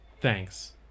Thanks